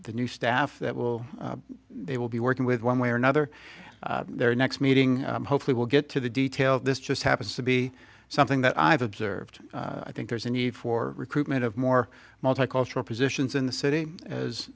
the new staff that will they will be working with one way or another their next meeting hopefully will get to the details this just happens to be something that i've observed i think there's a need for recruitment of more multicultural positions in the city as